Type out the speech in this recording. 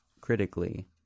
critically